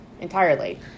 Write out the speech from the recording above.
entirely